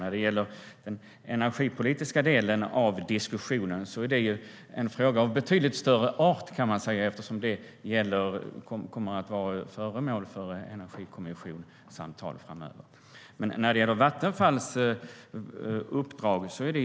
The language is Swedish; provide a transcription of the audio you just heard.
När det gäller den energipolitiska delen av diskussionen är det en fråga av betydligt större art, kan man säga, eftersom det kommer att vara föremål för energikommissionssamtal framöver. Vattenfalls uppdrag är tydligt.